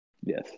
Yes